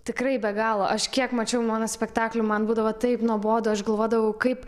tikrai be galo aš kiek mačiau monospektaklių man būdavo taip nuobodu aš galvodavau kaip